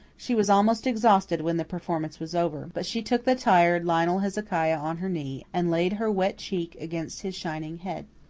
she was almost exhausted when the performance was over but she took the tired lionel hezekiah on her knee, and laid her wet cheek against his shining head.